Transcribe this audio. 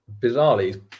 Bizarrely